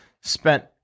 spent